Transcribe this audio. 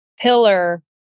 pillar